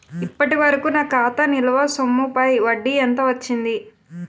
ఇప్పటి వరకూ నా ఖాతా నిల్వ సొమ్ముపై వడ్డీ ఎంత వచ్చింది?